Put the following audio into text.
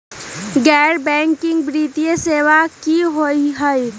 गैर बैकिंग वित्तीय सेवा की होअ हई?